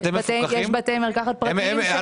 יש קופות שיש להן בתי מרקחת פרטיים שאין בהם מגבלה על השכר.